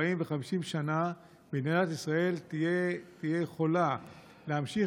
40 ו-50 שנה מדינת ישראל תהיה יכולה להמשיך